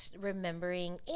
remembering